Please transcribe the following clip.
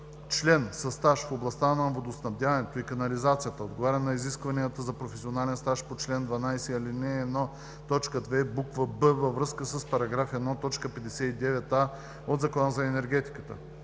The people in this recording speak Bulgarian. член със стаж в областта на водоснабдяването и канализацията отговаря на изискването за професионален стаж по чл. 12, ал. 1, т. 2, буква „б“ във връзка с § 1, т. 59а от Закона за енергетиката;